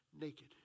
naked